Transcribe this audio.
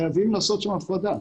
חייבים לעשות שם הפרדה.